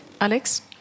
Alex